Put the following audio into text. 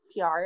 PR